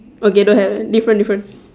okay don't have different different